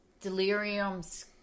Delirium's